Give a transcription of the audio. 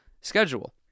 schedule